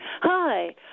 Hi